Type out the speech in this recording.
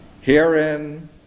Herein